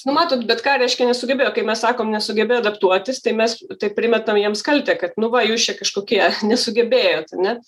nu matot bet ką reiškia nesugebėjo kaip mes sakom nesugebėjo adaptuotis tai mes taip primetam jiems kaltę kad nu va jūs čia kažkokie nesugebėjot ane